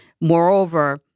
Moreover